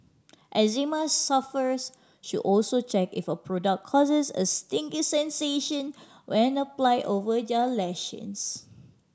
eczema sufferers should also check if a product causes a stinging sensation when applied over their lesions